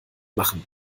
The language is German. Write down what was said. machen